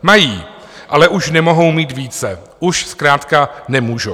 Mají, ale už nemohou mít více, už zkrátka nemůžou.